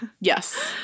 Yes